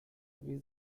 wie